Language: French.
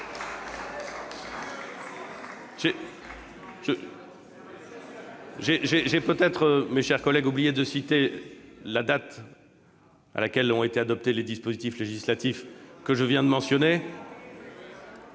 J'ai peut-être oublié de citer la date à laquelle ont été adoptés les dispositifs législatifs que je viens de mentionner,